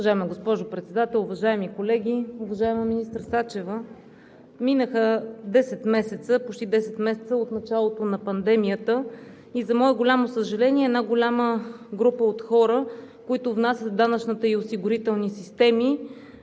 Уважаема госпожо Председател, уважаеми колеги! Уважаема министър Сачева, минаха почти десет месеца от началото на пандемията и за мое голямо съжаление една голяма група от хора, които внасят в данъчната и осигурителните системи,